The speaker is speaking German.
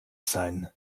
sein